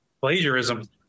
Plagiarism